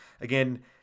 Again